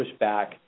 pushback